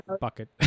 Bucket